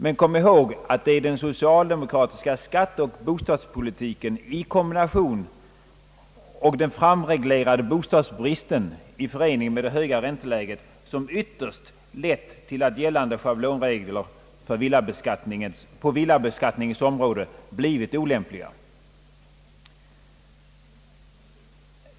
Men kom ihåg att det är den socialdemokratiska skatteoch bostadspolitiken i kombination, och den framreglerade bostadsbristen i förening med det höga ränteläget, som ytterst har lett till att gällande schablonregler på villabeskattningens område blivit olämpliga.